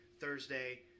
Thursday